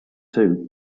too